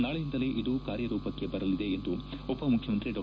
ನಾಳೆಯಿಂದಲೇ ಇದು ಕಾರ್ಯರೂಪಕ್ಕೆ ಬರಲಿದೆ ಎಂದು ಉಪ ಮುಖ್ಯಮಂತ್ರಿ ಡಾ